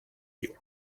you